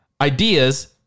ideas